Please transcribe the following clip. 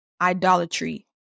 idolatry